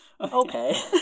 Okay